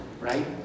right